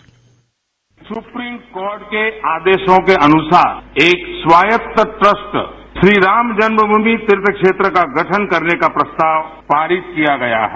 bite supreme court के आदेशों के अनुसार एक स्वायत्त ट्रस्ट श्री राम जन्म भूमि तीर्थ क्षेत्र का गठन करने का प्रस्ताव पारित किया गया है